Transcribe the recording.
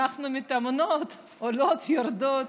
אנחנו מתאמנות, עולות, יורדות,